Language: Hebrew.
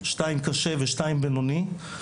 2 קשה ו-2 בינוני.